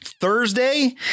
thursday